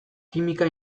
kimika